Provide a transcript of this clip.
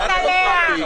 מה אתם מפריעים לו עכשיו?